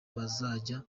bazajya